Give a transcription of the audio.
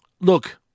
Look